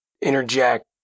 interject